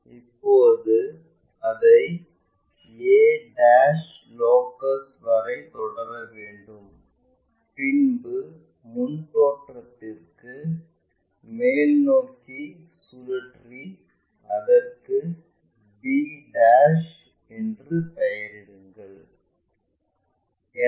இப்போது அதை a locus வரை தொடர வேண்டும் பின்பு முன் தோற்றத்திற்கு மேல்நோக்கி சுழற்றி அதற்கு b என்று பெயரிடுங்கள்